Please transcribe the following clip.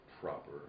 proper